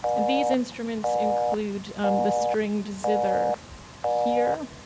and these instruments include the stringed zither here